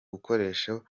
gikoresho